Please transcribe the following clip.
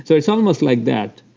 so it's almost like that.